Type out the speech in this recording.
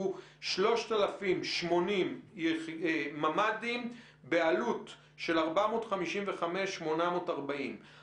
הוא 3,080 ממ"דים בעלות של 455.84 מיליון שקלים.